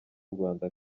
rwanda